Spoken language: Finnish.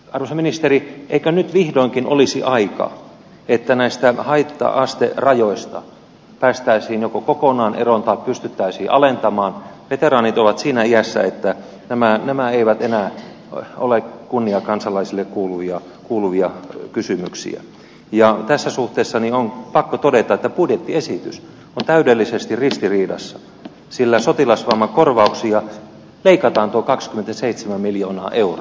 alho ministeri että nyt vihdoinkin olisi aika että näistä haitta asterajoista päästäisiin joko kokonaan eroon pystyttäisiin alentamaan veteraanit ovat siinä iässä että tämä nämä eivät enää ole kunniakansalaisille kuuluviakuuluvia kysymyksiä ja tässä suhteessa niin on pakko todeta että budjettiesitys on täydellisesti ristiriidassa sillä sotilasvammakorvauksia leikataan tuo kaksikymmentäseitsemän miljoonaa eur